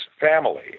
family